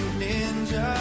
ninja